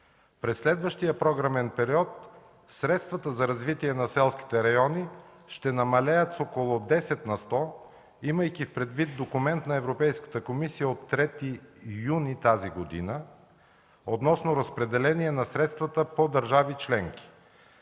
През следващия програмен период средствата за развитие на селските райони ще намалеят с около 10 на сто, имайки предвид документ на Европейската комисия от 3 юни тази година относно разпределение на средствата по държави членки.